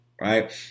Right